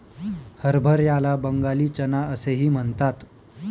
हरभऱ्याला बंगाली चना असेही म्हणतात